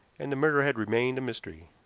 and the murder had remained a mystery.